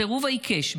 הסירוב העיקש,